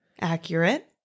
accurate